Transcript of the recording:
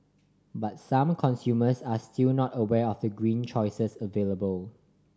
but some consumers are still not aware of the green choices available